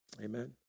Amen